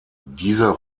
dieser